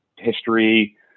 history